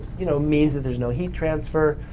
you know, means that there's no heat transfer,